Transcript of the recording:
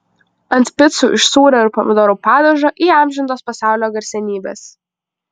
ant picų iš sūrio ir pomidorų padažo įamžintos pasaulio garsenybės